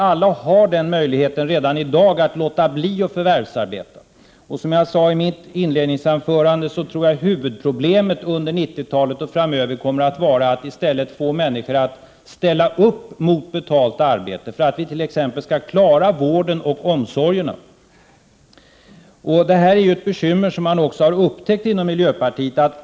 Alla har nämligen redan i dag möjligheten att låta bli att förvärvsarbeta. Som jag sade i mitt inledningsanförande tror jag att huvudproblemet under 1990-talet och framöver kommer att vara att i stället få människor att åta sig att arbeta mot betalning för att vi t.ex. skall klara vården och omsorgerna. Detta bekymmer har också miljöpartiet upptäckt.